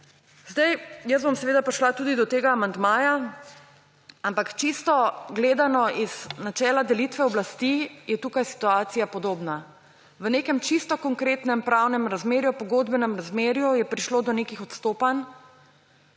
za nazaj. Seveda bom prišla tudi do tega amandmaja, ampak čisto gledano z načela delitve oblasti, je tukaj situacija podobna. V nekem čisto konkretnem pravnem razmerju, pogodbenem razmerju, je prišlo do nekih odstopanj.